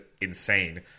insane